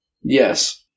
yes